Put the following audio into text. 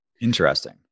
Interesting